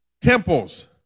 temples